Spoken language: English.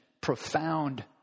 profound